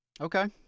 Okay